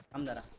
and